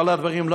כל הדברים,